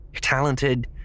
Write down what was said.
talented